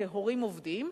כהורים עובדים,